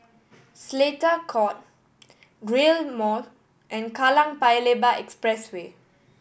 Seletar Court Rail Mall and Kallang Paya Lebar Expressway